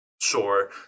Sure